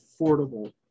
affordable